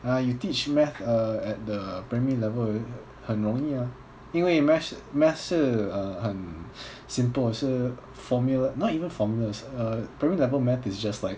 ah you teach math uh at the primary level 很容易啊因为 math math 是 uh 很 simple 是 formula not even formulas uh primary level math is just like